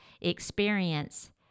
experience